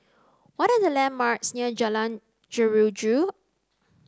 what are the landmarks near Jalan Jeruju